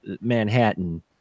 Manhattan